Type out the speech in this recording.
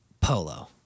Polo